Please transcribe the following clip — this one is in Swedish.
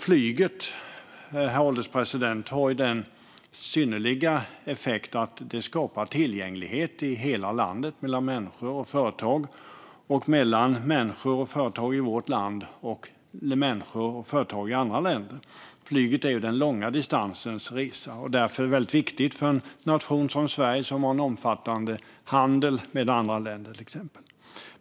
Flyget, herr ålderspresident, har den synnerliga effekten att det skapar tillgänglighet i hela landet mellan människor och företag, liksom mellan människor och företag i vårt land och människor och företag i andra länder. Flyget är ju den långa distansens resa och är därför väldigt viktigt för en nation som Sverige, som till exempel har omfattande handel med andra länder.